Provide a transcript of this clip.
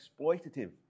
exploitative